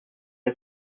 est